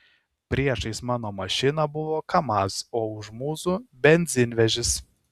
priešais mano mašiną buvo kamaz o už mūsų benzinvežis